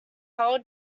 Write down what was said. how